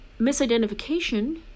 Misidentification